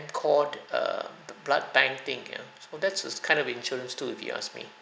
cord err the blood tank thing ya so that's a kind of insurance too if you ask me